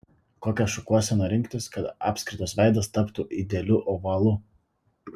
kokią šukuoseną rinktis kad apskritas veidas taptų idealiu ovalu